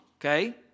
Okay